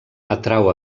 atrau